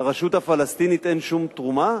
לרשות הפלסטינית אין שום תרומה